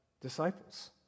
disciples